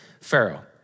Pharaoh